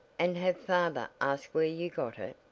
and have father ask where you got it,